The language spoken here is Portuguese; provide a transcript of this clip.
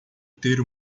ter